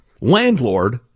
Landlord